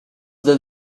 were